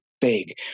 big